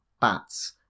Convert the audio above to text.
bats